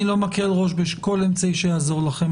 אני לא מקל ראש בכל אמצעי שיעזור לכם.